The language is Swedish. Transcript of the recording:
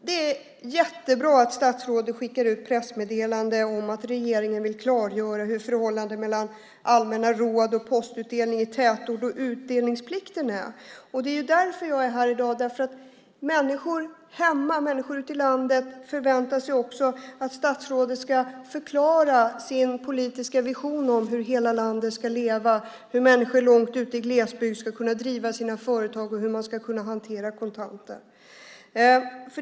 Det är jättebra att statsrådet skickar ut ett pressmeddelande om att regeringen vill klargöra förhållandet mellan allmänna råd, postutdelning i tätort och utdelningsplikten. Det är därför jag är här i dag. Människor hemma, människor ute i landet förväntar sig också att statsrådet ska förklara sin politiska vision av hur hela landet ska leva, hur människor långt ute i glesbygd ska kunna driva sina företag och hur man ska kunna hantera kontanter.